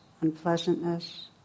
unpleasantness